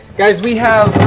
guys, we have